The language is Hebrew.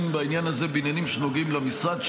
בעניין הזה בעניינים שנוגעים למשרד שלי,